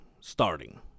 starting